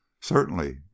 Certainly